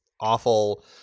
awful